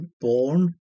born